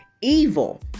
evil